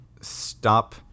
stop